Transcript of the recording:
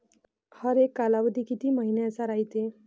हरेक कालावधी किती मइन्याचा रायते?